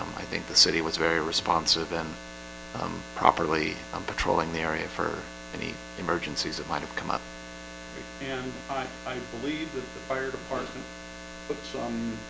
i think the city was very responsive and properly um patrolling the area for any emergencies that might have come up and i believe that the fire department but some